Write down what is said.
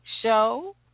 show